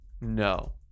No